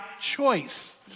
choice